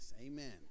Amen